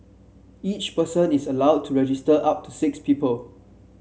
each person is allowed to register up to six people